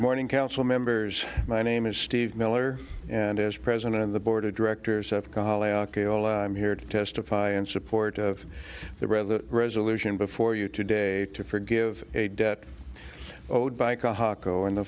morning council members my name is steve miller and is president of the board of directors of cali i'm here to testify in support of the rev the resolution before you today to forgive a debt